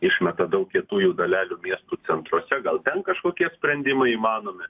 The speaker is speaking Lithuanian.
išmeta daug kietųjų dalelių miestų centruose gal ten kažkokie sprendimai įmanomi